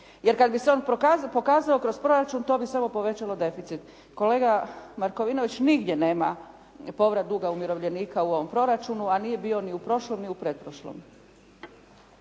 jer kad bi on pokazao kroz proračun to bi samo povećalo deficit. Kolega Markovinović nigdje nema povrat duga umirovljenika u ovom proračunu, a nije bio ni u prošlom ni u pretprošlom.